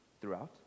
throughout